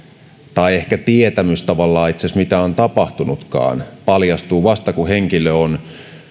tai ehkä tavallaan itse asiassa tietämys mitä onkaan tapahtunut paljastuu vasta kun henkilö on